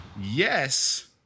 Yes